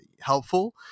helpful